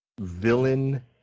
villain